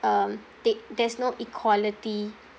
um there there's no equality